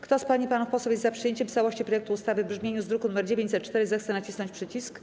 Kto z pań i panów posłów jest za przyjęciem w całości projektu ustawy w brzmieniu z druku nr 904, zechce nacisnąć przycisk.